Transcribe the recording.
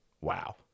Wow